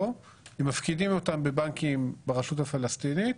או שהם מפקידים אותם בבנקים ברשות הפלסטינית.